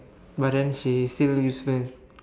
but then she is still useless